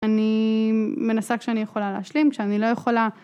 אני מנסה כשאני יכולה להשלים, כשאני לא יכולה.